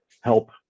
help